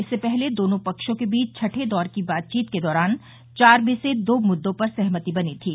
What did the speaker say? इससे पहले दोनों पक्षों के बीच छठे दौर की बातचीत के दौरान चार में से दो मुद्दों पर सहमति बनी थी